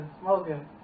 smoking